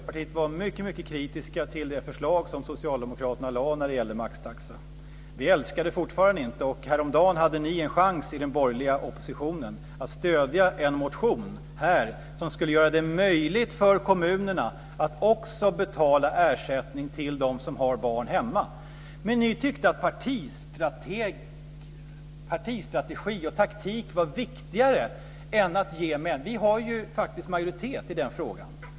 Fru talman! Jag och Miljöpartiet var mycket kritiska till det förslag som socialdemokraterna lade fram när det gäller maxtaxa. Vi älskar det fortfarande inte. Och häromdagen hade ni i den borgerliga oppositionen en chans att stödja en motion som skulle göra det möjligt för kommunerna att också betala ersättning till dem som har barn hemma. Men ni tyckte att partistrategi och taktik var viktigare. Vi har ju faktiskt majoritet i den frågan.